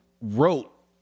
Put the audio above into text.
wrote